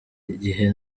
igihe